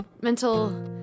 mental